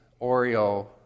Oreo